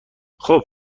خوب